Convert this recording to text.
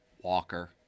walker